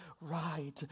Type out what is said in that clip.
right